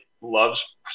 loves